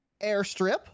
Airstrip